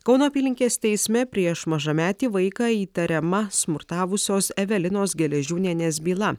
kauno apylinkės teisme prieš mažametį vaiką įtariama smurtavusios evelinos geležiūnienės byla